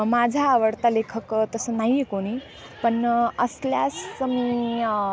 माझा आवडता लेखक तसं नाही आहे कोणी पण असल्यास मी